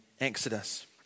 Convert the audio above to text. Exodus